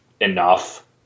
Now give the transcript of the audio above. enough